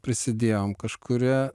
prisidėjom kažkuria